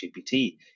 gpt